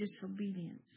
disobedience